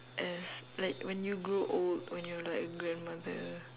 as like when you grow old when you're like a grandmother